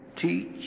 teach